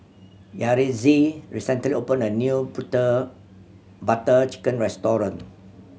Yaretzi recently opened a new Put Butter Chicken restaurant